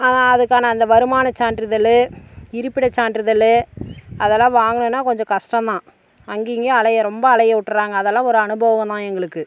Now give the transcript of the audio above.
அதற்கான அந்த வருமானச் சான்றிதழை இருப்பிடச் சான்றிதழை அதெல்லாம் வாங்கணுன்னா கொஞ்சம் கஷ்டம் தான் அங்கே இங்கேயும் அலைய ரொம்ப அலையவிட்டுறாங்க அதெல்லாம் ஒரு அனுபவம் தான் எங்களுக்கு